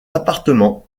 appartement